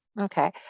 Okay